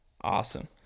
awesome